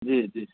जी जी